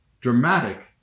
dramatic